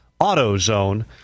AutoZone